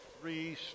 three